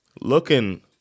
looking